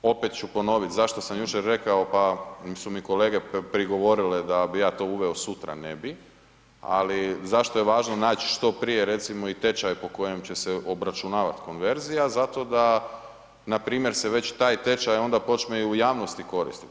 Opet ću ponovit, zašto sam jučer rekao pa su mi kolege prigovorile da bi ja to uveo sutra, ne bi, ali zašto je važno naći što prije recimo i tečaj po koje će se obračunavati konverzija, zato da npr. se već taj tečaj onda počne i u javnosti koristiti.